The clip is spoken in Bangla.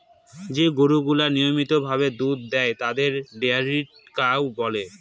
যে গরুগুলা নিয়মিত ভাবে দুধ দেয় তাদের ডেয়ারি কাউ বলে